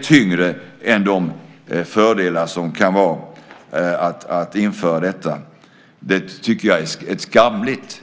tyngre än de fördelar som kan finnas med att införa detta. Det tycker jag är skamligt.